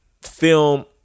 film